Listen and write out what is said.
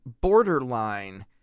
borderline